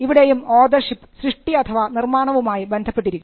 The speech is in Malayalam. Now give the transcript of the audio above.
ഇവിടെയും ഓതർഷിപ്പ് സൃഷ്ടി അഥവാ നിർമ്മാണവുമായി ബന്ധപ്പെട്ടിരിക്കുന്നു